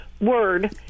Word